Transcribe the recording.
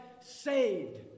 saved